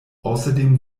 außerdem